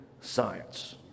science